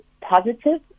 positive